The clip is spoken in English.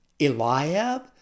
Eliab